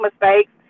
mistakes